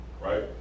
Right